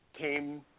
came